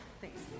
Thanks